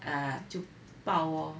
ah 就爆 orh